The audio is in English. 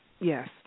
yes